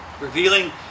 Revealing